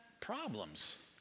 problems